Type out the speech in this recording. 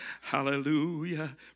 Hallelujah